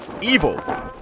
evil